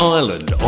Ireland